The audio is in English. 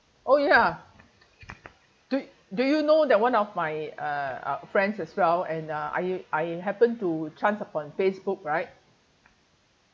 oh ya do do you know that one of my uh uh friends as well and uh I I happen to chance upon facebook right